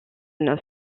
noce